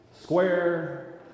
square